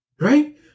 Right